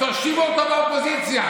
תושיבו אותו באופוזיציה.